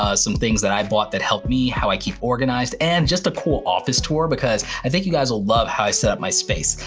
ah some things that i bought that helped me, how i keep organized and just a cool office tour, because i think you guys will love how i set up my space.